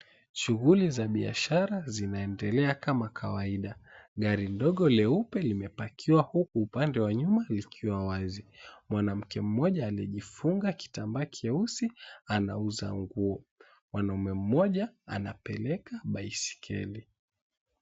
Shughuli za biashara zinaendelea kama kawaida. Gari ndogo leupe limepakiwa huku upande wa nyuma likiwa wazi. Mwanamke mmoja aliyejifunga kitambaa kyeusi anauza nguo. Mwanaume mmoja anapeleka baiskeli.